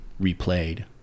replayed